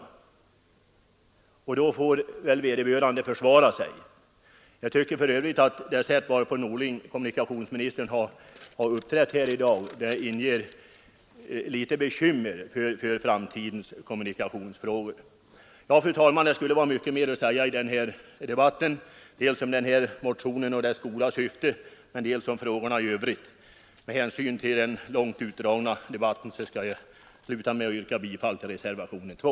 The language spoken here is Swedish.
Vederbörande får väl i så fall försvara sig. Jag tycker för övrigt att det sätt varpå kommunikationsminister Norling uppträtt i dag inger bekymmer när det gäller kommunikationsfrågorna i framtiden. Fru talman! Det skulle vara mycket mer att säga i denna debatt dels om den här motionen och dess goda syfte, dels om frågorna i övrigt. Med hänsyn till den långt utdragna debatten slutar jag nu med att yrka bifall till reservationen 2.